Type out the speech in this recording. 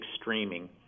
streaming